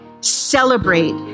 celebrate